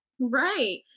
Right